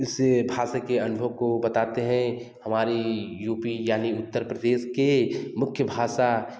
से भाषा के अनुभव बताते हैं हमारी यू पी यानी उत्तर प्रदेश के मुख्य भाषा